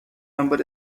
number